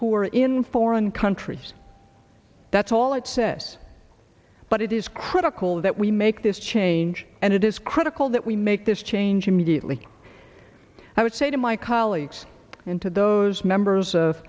who are in foreign countries that's all it says but it is critical that we make this change and it is critical that we make this change immediately i would say to my colleagues and to those members of